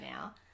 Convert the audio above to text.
now